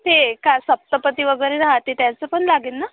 ते का सप्तपदी वगैरे राहते त्याचं पण लागेल ना